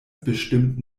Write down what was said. bestimmt